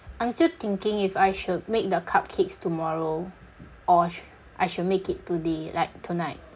I'm still thinking if I should make the cupcakes tomorrow or sh~ I should make it today like tonight